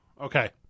Okay